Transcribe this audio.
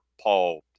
Paul